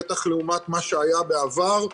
בטח לעומת מה שהיה בעבר,